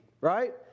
right